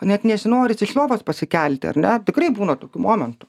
net nesinoris iš lovos pasikelti ar ne tikrai būna tokių momentų